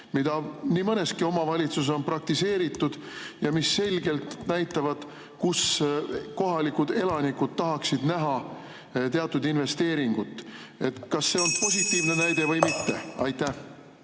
mida nii mõneski omavalitsuses on praktiseeritud ja mis selgelt näitavad, kus kohalikud elanikud tahaksid näha teatud investeeringut. (Juhataja helistab kella.) Kas see on positiivne näide või mitte? Aitäh,